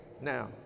Now